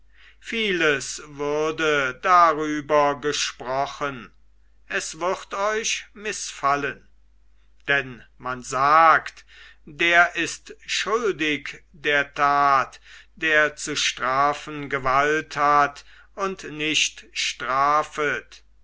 vieles würde darüber gesprochen es würd euch mißfallen denn man sagt der ist schuldig der tat der zu strafen gewalt hat und nicht strafet